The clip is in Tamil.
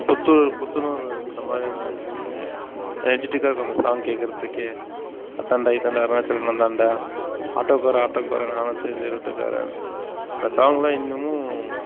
புத்து புத்துணர்வு ஏற்பட்ட மாதிரி இருக்கும் எனெர்ஜிடிக்காக இருக்கும் அந்த சாங் கேட்குறதுக்கே அதான்டா இதான்டா அருணாச்சலம் நாந்தான்டா ஆட்டோக்காரன் ஆட்டோக்காரன் நாலும் தெரிஞ்ச ரூட்டுக்காரன் அந்த சாங்லாம் இன்னமும்